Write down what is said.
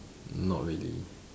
not really